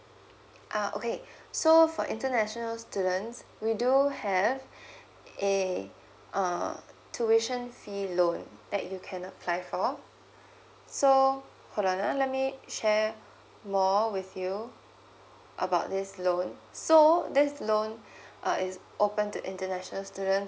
ah okay so for international students we do have a uh tuition fee loan that you can apply for so hold on uh let me share more with you about this loan so this loan uh is open to international student